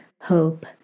hope